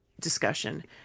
discussion